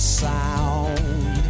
sound